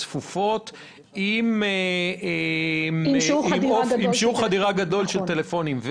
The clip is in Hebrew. צפופות יחסים ועם שיעור חדירה גדול של טלפונים.